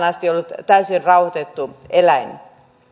asti ollut täysin rauhoitettu eläin